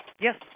Yes